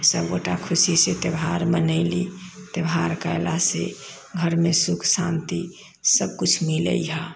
सबगोटा खुशीसँ त्यौहार मनैली त्यौहार कैलासँ घरमे सुख शान्ति सबकिछु मिलै हय